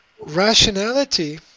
rationality